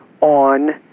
on